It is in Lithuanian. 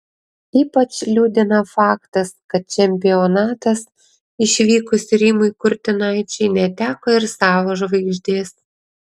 ypač liūdina faktas kad čempionatas išvykus rimui kurtinaičiui neteko ir savo žvaigždės